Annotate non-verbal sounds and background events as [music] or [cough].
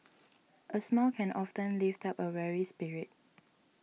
[noise] a smile can often lift up a weary spirit